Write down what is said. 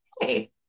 hey